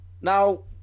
Now